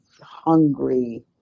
hungry